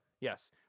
Yes